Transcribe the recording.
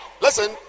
listen